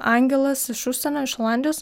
angelas iš užsienio iš olandijos